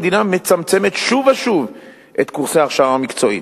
המדינה מצמצמת שוב ושוב את קורסי ההכשרה המקצועית.